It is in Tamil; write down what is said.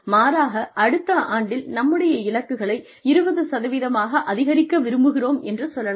மாறாக அடுத்த ஆண்டில் நம்முடைய இலக்குகளை 20 ஆக அதிகரிக்க விரும்புகிறோம் என்று சொல்லலாம்